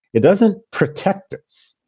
it doesn't protect us,